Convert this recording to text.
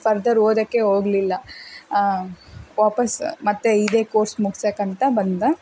further ಓದೋಕ್ಕೇ ಹೋಗಲಿಲ್ಲ ವಾಪಸ್ ಮತ್ತೆ ಇದೇ ಕೋರ್ಸ್ ಮುಗ್ಸಕ್ಕೆ ಅಂತ ಬಂದ